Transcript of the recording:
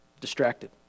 distracted